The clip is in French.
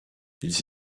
ils